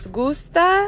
gusta